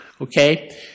Okay